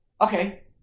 Okay